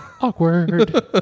Awkward